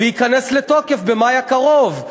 וזה ייכנס לתוקף במאי הקרוב.